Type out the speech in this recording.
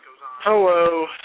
Hello